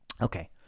Okay